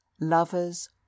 Lovers